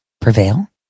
prevail